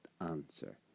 answer